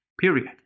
period